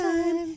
Time